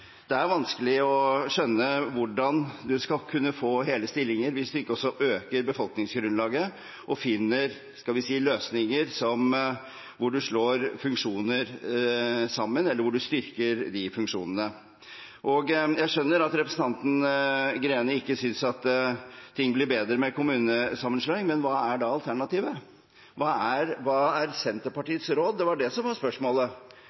Det er vanskelig å skjønne hvordan man skal kunne ha hele stillinger hvis man ikke også øker befolkningsgrunnlaget og finner løsninger hvor man slår funksjoner sammen, eller hvor man styrker funksjonene. Jeg skjønner at representanten Greni ikke synes at ting blir bedre med kommunesammenslåing, men hva er da alternativet? Hva er Senterpartiets råd? Det var det som var spørsmålet. Hva er